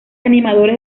animadores